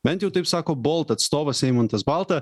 bent jau taip sako bolt atstovas eimantas balta